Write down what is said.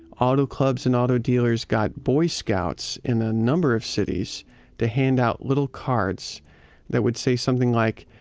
auto clubs and auto dealers got boy scouts in a number of cities to hand out little cards that would say something like,